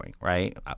right